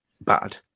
bad